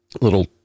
little